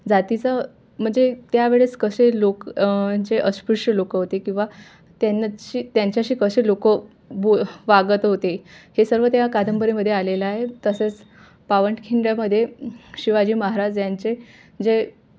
जातीचं म्हणजे त्यावेळेस कसे लोक जे अस्पृश्य लोक होते किंवा त्यांनाशी त्यांच्याशी कसे लोकं बो वागत होते हे सर्व त्या कादंबरीमध्ये आलेलं आहे तसेच पावनखिंडमध्ये शिवाजी महाराज यांचे जे